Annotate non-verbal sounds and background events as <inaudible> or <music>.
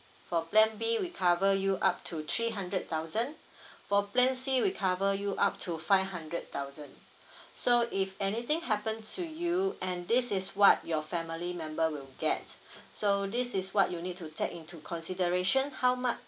for plan B we cover you up to three hundred thousand <breath> for plan C we cover you up to five hundred thousand <breath> so if anything happened to you and this is what your family member will get <breath> so this is what you need to take into consideration how much